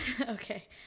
Okay